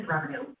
revenue